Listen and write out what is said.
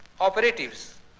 operatives